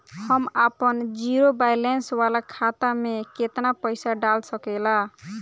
हम आपन zero balance वाला खाता मे केतना पईसा डाल सकेला?